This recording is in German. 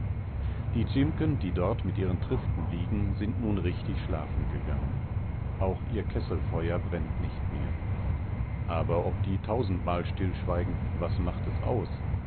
die dzimken die dort mit ihren triften liegen sind nun richtig schlafen gegangen auch ihr kesselfeuer brennt nicht mehr aber ob die tausendmal stillschweigen was macht es aus